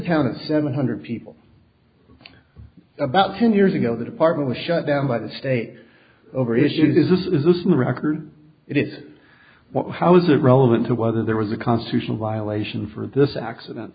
of seven hundred people about ten years ago the department was shut down by the state over issue this is a small record it is what how is it relevant to whether there was a constitutional violation for this accident